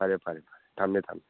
ꯐꯔꯦ ꯐꯔꯦ ꯐꯔꯦ ꯊꯝꯃꯦ ꯊꯝꯃꯦ